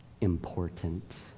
important